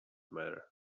matter